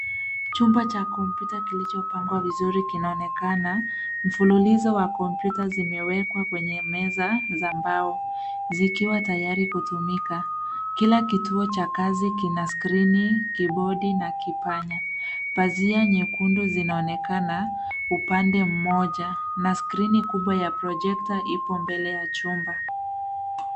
Chumba cha kompyuta kilochopangwa vizuri kinaonekana. Mfululizo wa kompyuta zimewekwa kwenye meza za mbao, zikiwa tayari kutumika. Kila kituo cha kazi kina skrini, kibodi na kipanya. Pazia nyekundu zinaonekana upande mmoja na skrini kubwa ya projekta ipo mbele ya chumba.